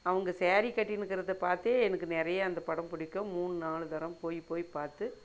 அவங்க சேரீ கட்டினுக்கறதை பார்த்தே எனக்கு நிறைய அந்த படம் பிடிக்கும் மூணு நாலு தரம் போய் பார்த்து